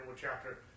chapter